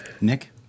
Nick